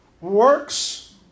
works